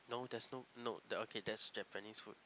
no there's no no that okay that's Japanese food